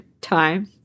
time